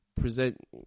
present